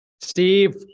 Steve